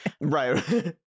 right